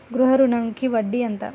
గృహ ఋణంకి వడ్డీ ఎంత?